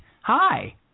Hi